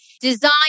design